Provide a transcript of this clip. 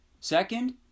Second